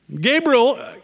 Gabriel